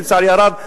לצערי הרב,